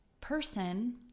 person